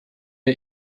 der